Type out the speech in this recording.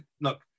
look